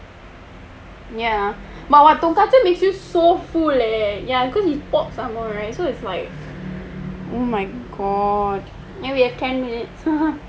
!wah! but tonkatsu makes you so full leh ya cause it's pork somemore right so it's like oh my god you we have ten minutes